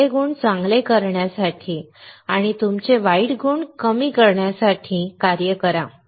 चांगले गुण चांगले करण्यासाठी आणि तुमचे वाईट गुण कमी करण्यासाठी कार्य करा